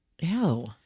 Ew